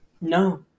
No